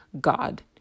god